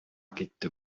китте